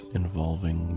involving